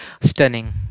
stunning